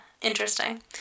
interesting